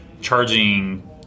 charging